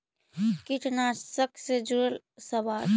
कीटनाशक से जुड़ल सवाल?